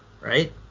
right